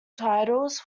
titles